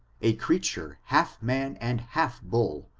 a creature half man and half bull,